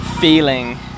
feeling